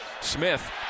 Smith